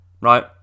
right